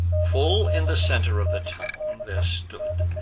full in the center of the town there stood,